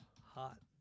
hot